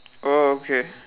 oh okay